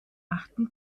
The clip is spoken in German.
achten